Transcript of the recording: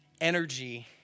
energy